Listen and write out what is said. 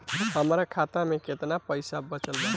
हमरा खाता मे केतना पईसा बचल बा?